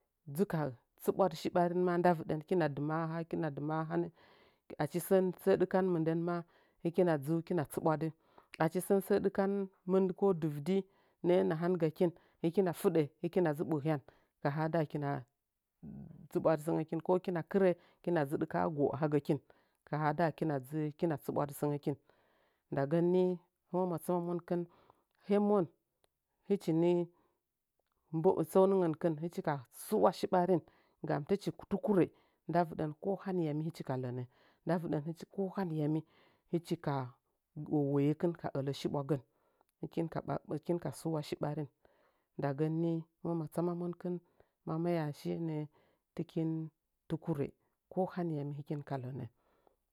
Tsɨɓwadɨ shi ɓarin ma nda vɨdən kina dɨməə aha kina dɨmə ahand achi sən sə dɨkan mɨndən ma hɨkina dzu hɨkina tsɨbwadɨ achi sən sə ɗɨkan mɨn dɨvdi nəə nahangakin hɨkina a fɨdə hɨkina dzɨ ɓuhyan kaha ndakina tsibwadt səngəkin ko kina kɨro kina dzɨ ɗekə'ə a goo a hagəkin ka ha, ndakina dzi tsɨbwadɨ səngə kin ndagəuni utmoma tsama monkɨn hemon həchi ni mbo səunəngənkɨn hɨchi ka suwa shi ɓaringam tɨchi tukura nda vɨdən kohaniyami htchi ka lənəu nda vɨɗəu hɨchi ko haniyami hɨchi ka wowoyekin ka ələ shiɓwagon hɨkin ɓaɓa suwa shi ɓarin ndagənni hɨmam a tsama monkɨn mamaya shiye nəə tɨkin tukurə ko haniyami tɨkin tukuro.